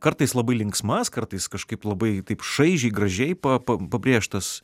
kartais labai linksmas kartais kažkaip labai taip šaižiai gražiai pa pabrėžtas